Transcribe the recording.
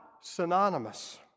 synonymous